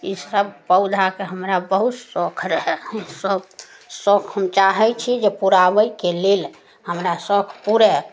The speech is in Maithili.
ई सभ पौधाके हमरा बहुत शौख रहै सभ शौख शौख हम चाहै छी जे पूराबेके लेल हमरा शौख पुरै